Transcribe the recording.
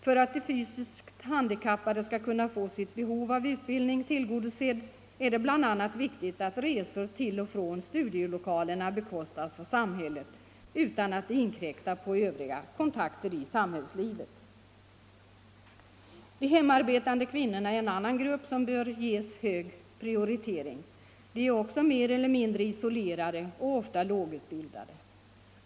För att de fysiskt handikappade skall kunna få sitt behov av utbildning tillgodosett är det bl.a. viktigt att resor till och från studielokalerna bekostas av samhället utan att detta inkräktar på övriga kontakter med samhällslivet. De hemarbetande kvinnorna är en annan grupp som bör ges hög prioritering. De är också mer eller mindre isolerade och ofta lågutbildade.